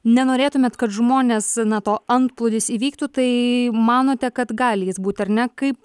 nenorėtumėt kad žmonės na to antplūdis įvyktų tai manote kad gali jis būti ar ne kaip